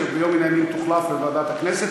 שביום מן הימים תוחלף לוועדת הכנסת.